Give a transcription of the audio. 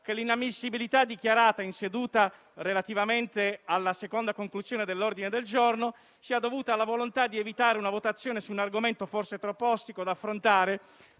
che l'inammissibilità dichiarata in seduta, relativamente alla seconda conclusione dell'ordine del giorno, sia dovuta alla volontà di evitare una votazione su un argomento forse troppo ostico da affrontare,